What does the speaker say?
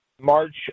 March